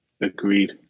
Agreed